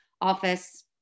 office